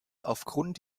aufgrund